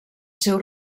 seu